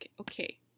okay